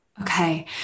Okay